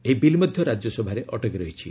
ଏହି ବିଲ୍ ମଧ୍ୟ ରାଜ୍ୟସଭାରେ ଅଟକି ରହିଛି